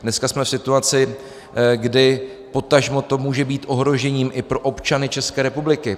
Dneska jsme v situaci, kdy potažmo to může být ohrožením i pro občany České republiky.